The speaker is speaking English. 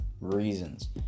reasons